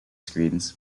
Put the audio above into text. screens